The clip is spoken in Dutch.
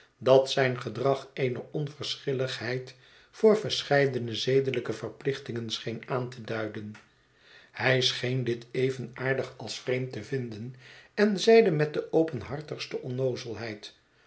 dat zijn gedrag eene onverschilligheid voor verscheidene zedelijke verplichtingen scheen aan te duiden hij scheen dit even aardig als vreemd te vinden en zeide met de openhartigste